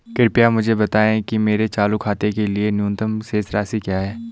कृपया मुझे बताएं कि मेरे चालू खाते के लिए न्यूनतम शेष राशि क्या है?